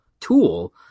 tool